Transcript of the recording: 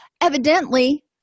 Evidently